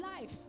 life